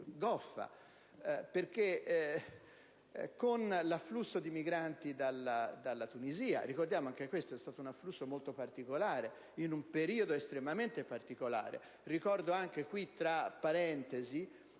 goffa per l'afflusso di migranti dalla Tunisia. Ricordiamo che questo afflusso è stato molto particolare, in un periodo estremamente particolare. Ricordo anche - tra parentesi